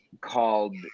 called